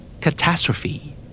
Catastrophe